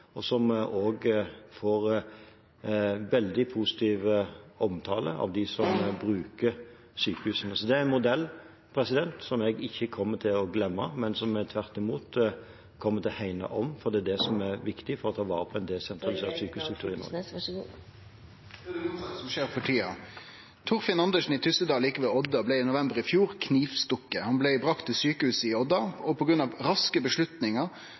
og som også får veldig positiv omtale av dem som bruker sykehusene. Det er en modell som jeg ikke kommer til å glemme, men som jeg tvert imot kommer til å hegne om, for det er det som er viktig for å ta vare på en desentralisert sykehusstruktur i Norge. Det er det motsette som skjer for tida. Torfinn Andersen frå Tyssedal, like ved Odda, blei i november i fjor knivstukken. Han blei tatt med til sjukehuset i Odda, og på grunn av raske